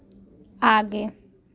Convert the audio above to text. आगे